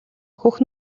хөх